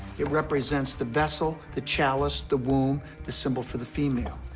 it represents the vessel, the chalice, the womb, the symbol for the female.